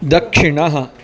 दक्षिणः